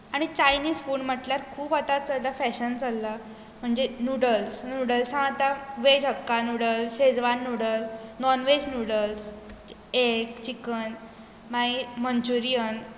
आनी Chinese food म्हटल्यार खूब आतां फॅशन चल्ला म्हणजे नुडल्स नुडल्सांत आतां veg hakka noodles Schezwan noodles non veg noodles egg chicken मागीर मनचुरियन